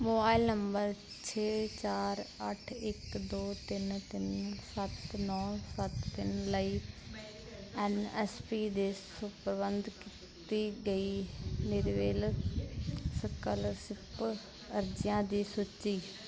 mobile number ਛੇ ਚਾਰ ਅੱਠ ਇੱਕ ਦੋ ਤਿੰਨ ਤਿੰਨ ਸੱਤ ਨੌਂ ਸੱਤ ਤਿੰਨ ਲਈ ਐਨ ਐਸ ਪੀ ਦੇ ਸਪੁਰਦ ਕੀਤੀ ਗਈ ਨਿਰਵੇਲ ਸਕਾਲਰਸ਼ਿਪ ਅਰਜ਼ੀਆਂ ਦੀ ਸੂਚੀ